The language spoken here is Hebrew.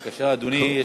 בבקשה, אדוני.